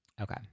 Okay